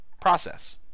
process